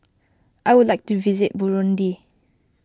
I would like to visit Burundi